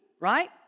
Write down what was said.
right